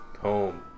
home